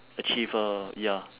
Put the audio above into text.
achieve a ya